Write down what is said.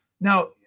now